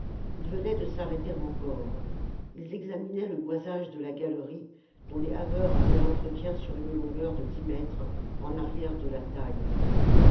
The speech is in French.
ils venaient de s'arrêter encore ils examinaient le boisage de la galerie dont les haveurs avaient l'entretien sur une longueur de dix mètres en arrière de la taille